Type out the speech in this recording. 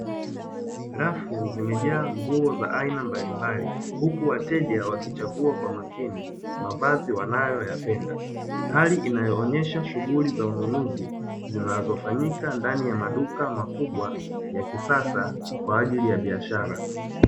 Rafu zimejaa nguo za aina mbalimbali huku wateja wakichagua kwa umakini, mavazi wanayo yapenda. Hali inayoonesha shughuli za ununuzi inayofanyika ndani ya maduka makubwa ya kisasa, kwa ajili ya biashara.